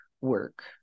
work